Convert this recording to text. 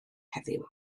heddiw